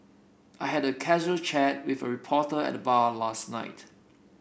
I had a casual chat with a reporter at the bar last night